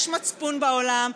יש מצפון בעולם.